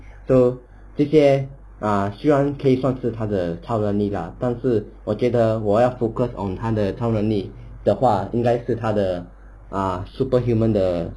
so 这些 err 虽然可以算是他的他的能力 lah 但是我觉得我要 focus on 他的超能力的话应该是他的 err superhuman 的